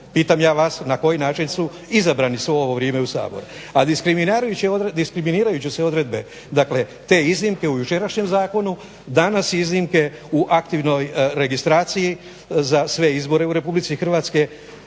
Pitam ja vas na koji način su izabrani svo ovo vrijeme u Sabor. A diskriminirajuće su odredbe dakle te iznimke u jučerašnjem zakonu, danas iznimke u aktivnoj registraciji za sve izbore u Republici Hrvatskoj,